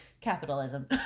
Capitalism